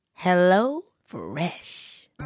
HelloFresh